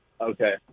okay